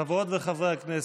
חברות וחברי הכנסת,